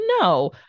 No